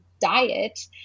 diet